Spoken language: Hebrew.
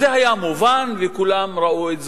זה היה מובן וכולם ראו את זה.